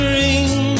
ring